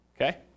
okay